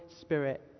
Spirit